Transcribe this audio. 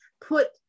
put